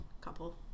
couple